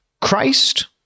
Christ